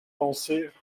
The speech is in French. pensées